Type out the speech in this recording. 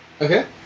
Okay